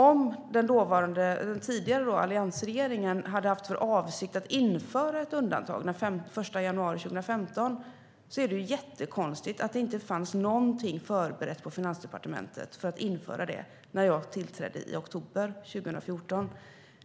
Om den tidigare alliansregeringen hade haft för avsikt att införa ett undantag den 1 januari 2015 är det jättekonstigt att det inte fanns någonting förberett för det på Finansdepartementet när jag tillträdde i oktober 2014.